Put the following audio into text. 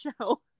show